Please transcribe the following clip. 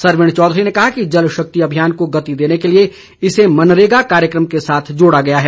सरवीण चौधरी ने कहा कि जल शक्ति अभियान को गति देने के लिए इसे मनरेगा कार्यक्रम के साथ जोड़ा गया है